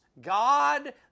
God